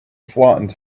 flattened